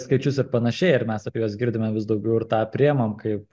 skaičius ir panašiai ir mes apie juos girdime vis daugiau ir tą priimam kaip